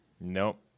Nope